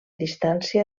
distància